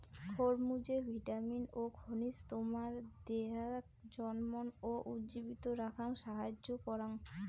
খরমুজে vitamin ও খনিজ তোমার দেহাক চনমন ও উজ্জীবিত রাখাং সাহাইয্য করাং